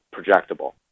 projectable